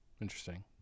Interesting